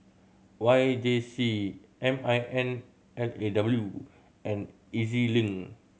Y J C M I N L A W and E Z Link